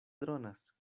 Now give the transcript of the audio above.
dronas